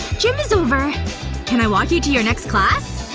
gym is over can i walk you to your next class?